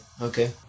okay